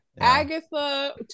Agatha